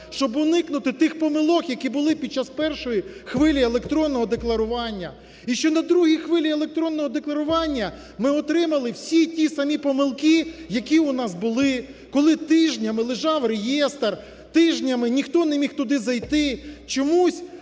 щоб уникнути тих помилок, які були під час першої хвилі електронного декларування, і що на другій хвилі електронного декларування ми отримали всі ті самі помилки, які у нас були, коли тижнями лежав реєстр, тижнями ніхто не міг туди зайти. Чомусь